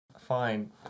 Fine